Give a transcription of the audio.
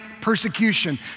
persecution